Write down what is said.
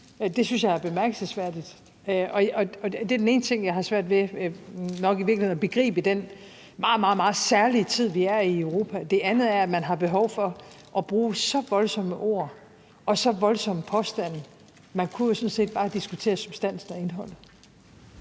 Det synes jeg er bemærkelsesværdigt. Det er den ene ting, som jeg i virkeligheden har svært ved at begribe i den meget, meget særlige tid, vi er i Europa, og den anden er, at man har behov for at bruge voldsomme ord og komme med så voldsomme påstande. Man kunne jo sådan set bare diskutere substansen og indholdet.